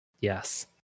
yes